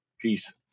Peace